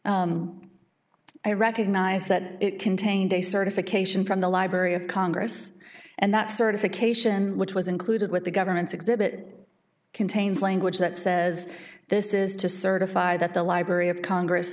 accurate i recognize that it contained a certification from the library of congress and that certification which was included with the government's exhibit contains language that says this is to certify that the library of congress